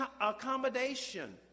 accommodation